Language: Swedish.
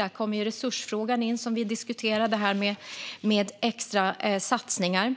Där kommer resursfrågan in, som vi diskuterade här med extra satsningar.